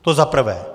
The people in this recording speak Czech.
To zaprvé.